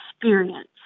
experience